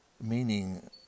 Meaning